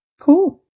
Cool